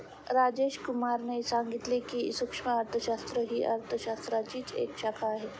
राजेश कुमार ने सांगितले की, सूक्ष्म अर्थशास्त्र ही अर्थशास्त्राचीच एक शाखा आहे